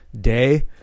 day